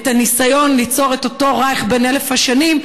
את הניסיון ליצור את אותו רייך בן אלף השנים,